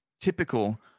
typical